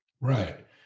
Right